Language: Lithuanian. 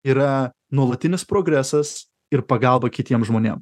yra nuolatinis progresas ir pagalba kitiem žmonėm